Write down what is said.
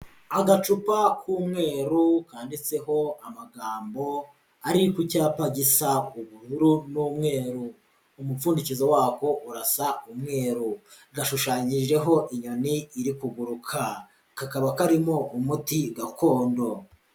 Agacupa k'umweru kanditseho amagambo ari ku cyapa gisa ubururu n'umweru, umupfundikizo wako urasa umweru, gashushanyijeho inyoni iri kuguruka, kakaba karimo umuti gakondo.